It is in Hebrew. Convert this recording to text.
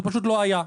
זה פשוט לא היה.